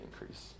increase